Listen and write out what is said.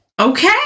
Okay